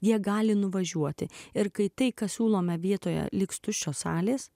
jie gali nuvažiuoti ir kai tai ką siūlome vietoje liks tuščios salės